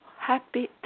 happy